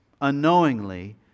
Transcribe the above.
unknowingly